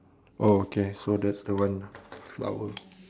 oh okay so that's the one flower